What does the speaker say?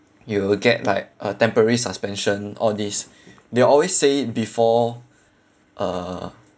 you'll get like a temporary suspension all this they'll always say it before uh